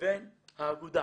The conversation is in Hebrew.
לבין האגודה.